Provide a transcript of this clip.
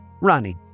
Ronnie